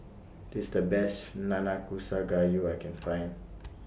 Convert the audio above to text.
This IS The Best Nanakusa Gayu I Can Find